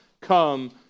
come